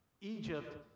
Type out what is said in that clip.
Egypt